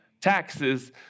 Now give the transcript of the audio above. taxes